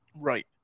Right